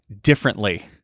differently